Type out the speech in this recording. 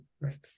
right